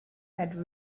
had